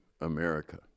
America